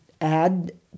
add